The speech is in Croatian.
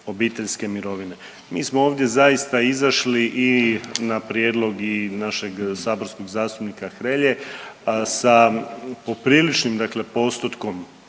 Mi smo ovdje zaista izašli i na prijedlog i našeg saborskog zastupnika Hrelje sa popriličnim postotkom